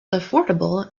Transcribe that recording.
affordable